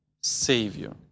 Savior